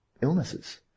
illnesses